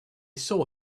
saw